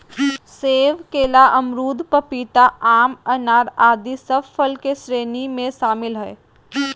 सेब, केला, अमरूद, पपीता, आम, अनार आदि सब फल के श्रेणी में शामिल हय